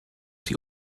die